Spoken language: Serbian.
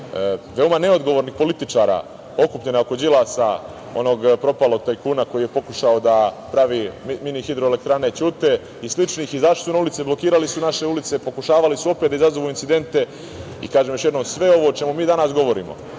veoma neodgovornih političara okupljena oko Đilasa, onog propalog tajkuna koji je pokušao da pravi mini hidroelektrane ćute i sličnih. Izašli su na ulice, blokirali su naše ulice, pokušavali su opet da izazovu incidente. Kažem još jednom, sve ovo o čemu mi danas govorimo